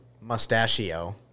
mustachio